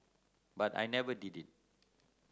but I never did it